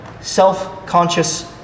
self-conscious